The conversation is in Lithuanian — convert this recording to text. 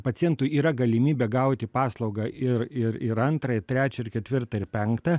pacientui yra galimybė gauti paslaugą ir ir ir antrą ir trečią ir ketvirtą ir penktą